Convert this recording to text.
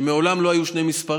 הוא שמעולם לא היו שני מספרים.